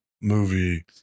movie